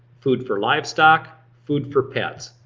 food for livestock, food for pets?